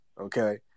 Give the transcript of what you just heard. okay